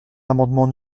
l’amendement